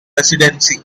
presidency